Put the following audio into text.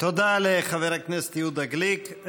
תודה לחבר הכנסת יהודה גליק.